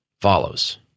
follows